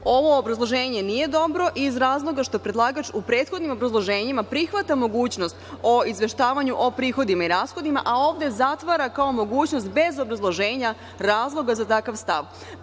obrazloženje nije dobro iz razloga što predlagač u prethodnim obrazloženjima prihvata mogućnost o izveštavanju o prihodima i rashodima, a ovde zatvara kao mogućnost bez obrazloženja razloga za takav stav.